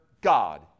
God